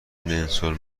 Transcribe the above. نلسون